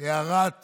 אזהרת